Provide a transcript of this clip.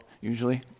usually